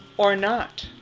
or not,